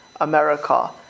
America